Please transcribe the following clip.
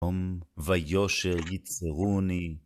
הום ויושר ייצרו לי.